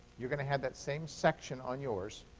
you're going to have that same section on yours.